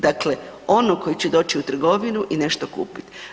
Dakle, onog koji će doći u trgovinu i nešto kupiti.